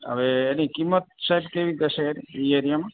હવે એની કિંમત સાહેબ કેવીક હશે એ એરિયામાં